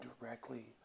directly